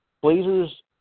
Blazers